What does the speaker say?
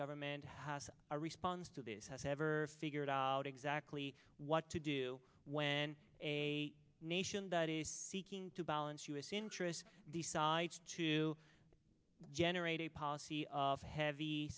government house our response to this has ever figured out exactly what to do when a nation that is seeking to balance u s interests decides to generate a policy of heavy